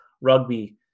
rugby